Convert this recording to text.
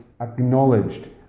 acknowledged